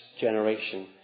generation